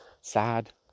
sad